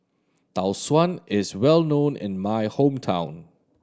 Tau Suan is well known in my hometown